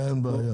אין שום בעיה.